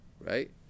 right